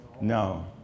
no